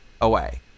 away